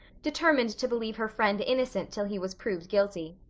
determined to believe her friend innocent till he was proved guilty.